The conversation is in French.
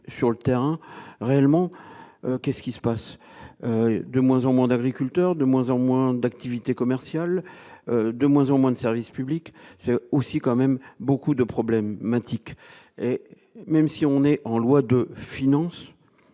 sur le terrain réellement qu'est-ce qui se passe de moins en mandat gris culteurs de moins en moins d'activités commerciales, de moins en moins de service public, c'est aussi quand même beaucoup de problèmes Matic et même si on est en loi de finances